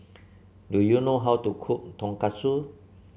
do you know how to cook Tonkatsu